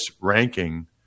ranking